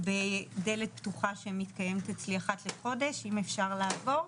בדלת פתוחה שמתקיימת אצלי אחת לחודש אם אפשר לעבור.